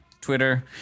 Twitter